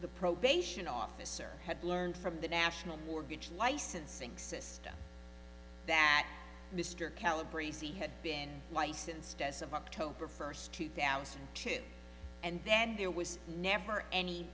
the probation officer had learned from the national or gets licensing system that mr caliber e c had been licensed as of october first two thousand and two and then there was never any